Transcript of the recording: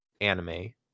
anime